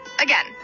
Again